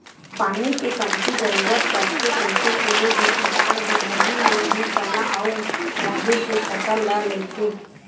पानी के कमती जरुरत पड़थे कहिके कोनो भी किसान ह भर्री म ही चना अउ राहेर के फसल ल लेथे